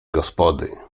gospody